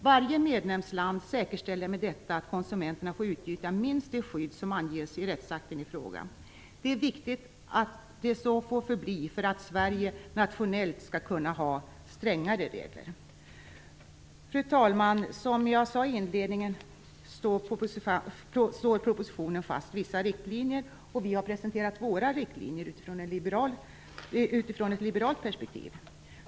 Varje medlemsland säkerställer med detta att konsumenterna får utnyttja minst det skydd som anges i rättsakten i fråga. Det är viktigt att det så får förbli för att Sverige nationellt skall kunna ha strängare regler. Fru talman! Som jag sade i inledningen slår propositionen fast vissa riktlinjer. Vi har presenterat våra riktlinjer utifrån ett liberalt perspektiv.